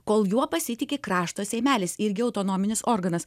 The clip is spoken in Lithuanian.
kol juo pasitiki krašto seimelis irgi autonominis organas